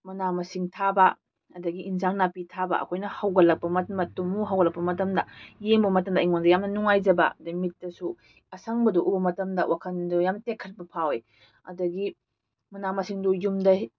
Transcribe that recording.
ꯃꯅꯥ ꯃꯁꯤꯡ ꯊꯥꯕ ꯑꯗꯒꯤ ꯏꯟꯖꯥꯡ ꯅꯥꯄꯤ ꯊꯥꯕ ꯑꯩꯈꯣꯏꯅ ꯍꯧꯒꯠꯂꯛꯄ ꯄꯣꯠꯇꯨ ꯍꯧꯒꯠꯂꯛꯄ ꯃꯇꯝꯗ ꯌꯦꯡꯕ ꯃꯇꯝꯗ ꯑꯩꯉꯣꯟꯗ ꯌꯥꯝꯅ ꯅꯨꯡꯉꯥꯏꯖꯕ ꯑꯗꯒꯤ ꯃꯤꯠꯇꯁꯨ ꯑꯁꯪꯕꯗꯨ ꯎꯕ ꯃꯇꯝꯗ ꯋꯥꯈꯜꯗꯨ ꯌꯥꯝ ꯇꯦꯛꯀꯠꯄ ꯐꯥꯎꯏ ꯑꯗꯒꯤ ꯃꯅꯥ ꯃꯁꯤꯡꯗꯨ ꯌꯨꯝꯗ